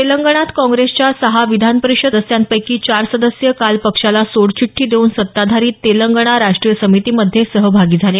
तेलंगणात काँग्रेसच्या सहा विधानपरिषद सदस्यांपैकी चार सदस्य काल पक्षाला सोडचिठ्ठी देऊन सत्ताधारी तेलंगणा राष्टीय समितीमध्ये सहभागी झाले